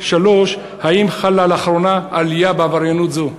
3. האם חלה לאחרונה עלייה בעבריינות זו?